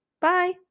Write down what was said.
Bye